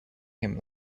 him